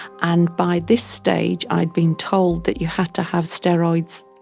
and by this stage i had been told that you had to have steroids,